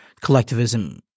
collectivism